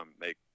make